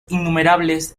innumerables